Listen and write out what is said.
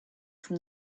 from